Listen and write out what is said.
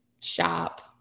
Shop